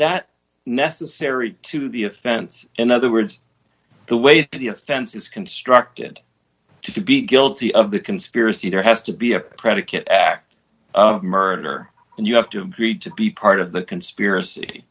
that necessary to the offense in other words the way the offense is constructed to be guilty of the conspiracy there has to be a predicate act of murder and you have to agree to be part of the conspiracy